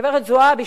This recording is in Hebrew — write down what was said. גברת זועבי,